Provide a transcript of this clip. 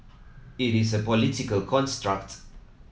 it is a political construct